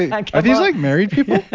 like are these like married people?